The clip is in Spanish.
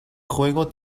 juego